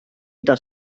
ida